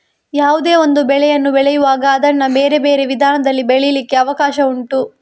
ಯಾವುದೇ ಒಂದು ಬೆಳೆಯನ್ನು ಬೆಳೆಯುವಾಗ ಅದನ್ನ ಬೇರೆ ಬೇರೆ ವಿಧಾನದಲ್ಲಿ ಬೆಳೀಲಿಕ್ಕೆ ಅವಕಾಶ ಉಂಟು